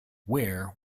where